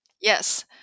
Yes